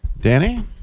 Danny